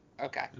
Okay